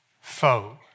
foe